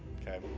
okay